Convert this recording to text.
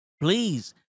please